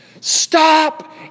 Stop